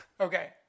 okay